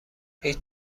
هیچ